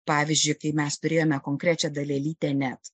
pavyzdžiui kai mes turėjome konkrečią dalelytę net